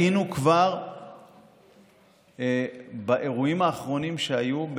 כבר באירועים האחרונים שהיו,